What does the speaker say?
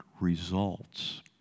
results